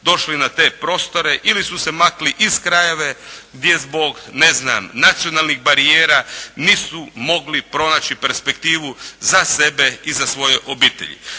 došli na te prostore ili su se makli iz krajeva gdje zbog ne znam nacionalnih barijera nisu mogli pronaći perspektivu za sebe i za svoje obitelji.